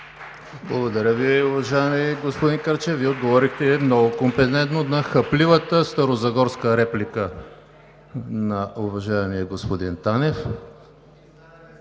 Благодаря Ви, уважаеми господин Кърчев, Вие отговорихте много компетентно на хапливата старозагорска реплика на уважаемия господин Танев.